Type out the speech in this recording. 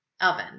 oven